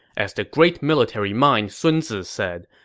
as the great military mind sun zi said,